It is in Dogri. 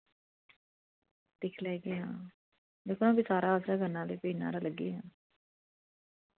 दिक्खी लैगे आं दिक्खो भी सारा असें करना इन्ना हारा लग्गी गै जाना